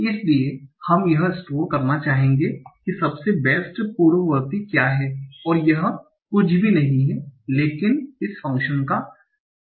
इसलिए हम यह भी स्टोर करना चाहेंगे कि सबसे बेस्ट पूर्ववर्ती क्या है और यह कुछ भी नहीं है लेकिन इस फ़ंक्शन का argmax है